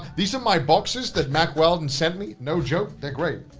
these are my boxers, that mack weldon sent me. no joke, they're great.